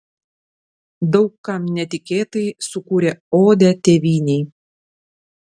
daug kam netikėtai sukūrė odę tėvynei